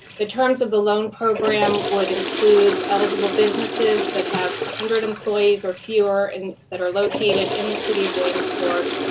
the terms of the loan program would include eligible businesses that have one hundred employees or fewer and that are located in the city of williamsport